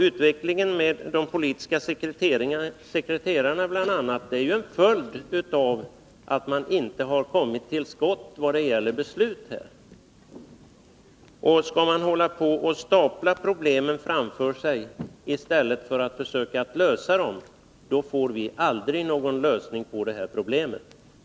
Utvecklingen med bl.a. införandet av de politiska sekreterarna är ju en följd av att man inte har kommit till skott här när det gäller beslut. Skall man stapla problemen framför sig i stället för att försöka lösa dem, får vi aldrig någon lösning på det nu aktuella problemet.